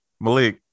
Malik